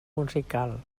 musical